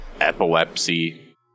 epilepsy